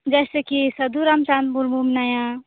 ᱡᱟᱭᱥᱮ ᱠᱤ ᱥᱟ ᱫᱷᱩ ᱨᱟᱢᱪᱟᱸᱫ ᱢᱩᱨᱢᱩ ᱢᱮᱱᱟᱭᱟ